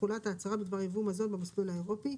תכולת ההצהרה בדבר יבוא מזון במסלול האירופי.